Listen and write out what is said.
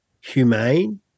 humane